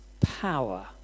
power